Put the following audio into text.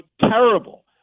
terrible